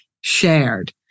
shared